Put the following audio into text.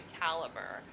caliber